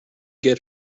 get